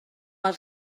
els